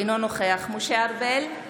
אינו נוכח משה ארבל,